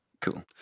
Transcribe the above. cool